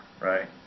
right